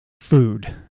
food